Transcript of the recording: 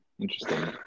Interesting